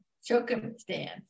circumstance